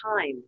time